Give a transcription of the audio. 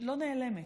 לא נעלמת.